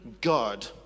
God